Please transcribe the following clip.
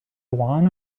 won